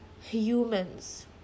humans